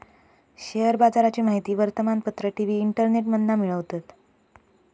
share बाजाराची माहिती वर्तमानपत्र, टी.वी, इंटरनेटमधना मिळवतत